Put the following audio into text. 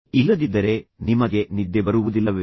ಇಲ್ಲದಿದ್ದರೆ ನಿಮಗೆ ನಿದ್ದೆ ಬರುವುದಿಲ್ಲವೇ